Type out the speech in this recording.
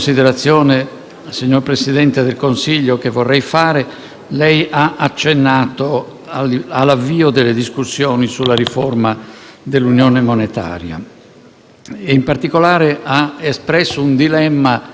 In particolare ha espresso un dilemma che ho trovato molto interessante quando ha detto: a cosa deve puntare l'Italia? Ad avere qualche misura contabile in più, che al limite può far